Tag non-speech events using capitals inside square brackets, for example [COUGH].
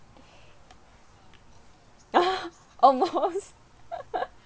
ah almost [LAUGHS]